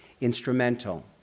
instrumental